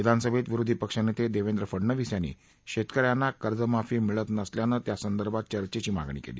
विधानसभेत विरोधी पक्षनेते देवेंद्र फडनवीस यांनी शेतक यांना कर्जमाफी मिळत नसल्यानं त्यासंदर्भात चचेंची मागणी केली